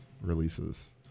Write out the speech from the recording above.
releases